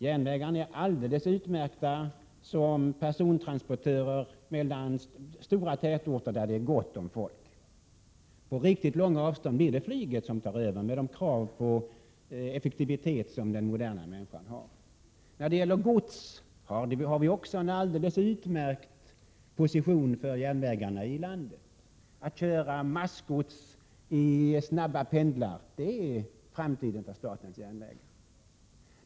Järnvägarna är alldeles utmärkta som persontransportörer mellan stora tätorter där det är gott om folk. På riktigt långa avstånd blir det flyget som tar över, med de krav på effektivitet som den moderna människan har. När det gäller gods har järnvägarna också en alldeles utmärkt position. Att köra massgods i snabba pendlar, det är framtiden för statens järnvägar.